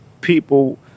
people